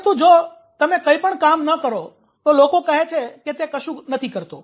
પરંતુ જો તમે કંઈપણ કામ ન કરો તો લોકો કહે છે કે તે કશું નથી કરતો